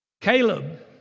Caleb